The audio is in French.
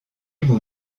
vous